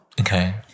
Okay